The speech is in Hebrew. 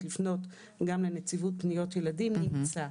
לפנות גם לנציבות פניות ילדים - נמצא.